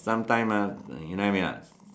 sometime ah you get what I mean or not